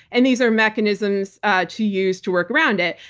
and these are mechanisms to use to work around it.